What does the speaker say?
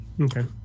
Okay